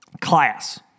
class